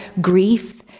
grief